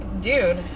Dude